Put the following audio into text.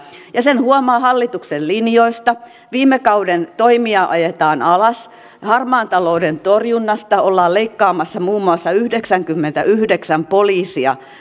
ja sen huomaa hallituksen linjoista viime kauden toimia ajetaan alas harmaan talouden torjunnasta ollaan leikkaamassa muun muassa yhdeksänkymmentäyhdeksän poliisia